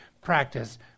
practice